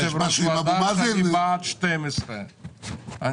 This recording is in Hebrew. יושב-ראש הוועדה שאני בא עד 12:00. יש משהו עם אבו מאזן?